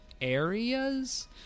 areas